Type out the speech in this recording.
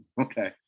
Okay